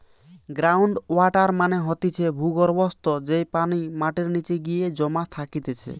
ground water মানে হতিছে ভূর্গভস্ত, যেই পানি মাটির নিচে গিয়ে জমা থাকতিছে